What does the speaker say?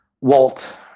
Walt